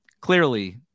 clearly